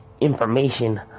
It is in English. information